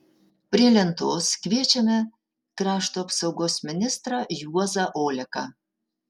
prie lentos kviečiame krašto apsaugos ministrą juozą oleką